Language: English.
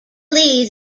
lee